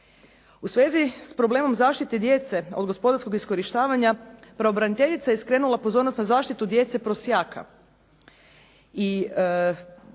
U svezi s problemom zaštite djece od gospodarskog iskorištavanja, pravobraniteljica je skrenula pozornost na zaštitu djece prosjaka